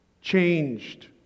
changed